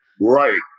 Right